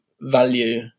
value